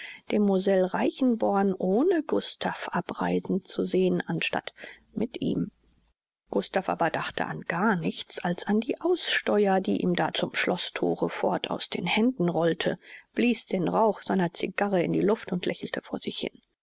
demoiselle reichenborn ohne gustav abreisen zu sehen anstatt mit ihm gustav aber dachte an gar nichts als an die aussteuer die ihm da zum schloßthore fort aus den händen rollte blies den rauch seiner cigarre in die luft und lächelte vor sich hin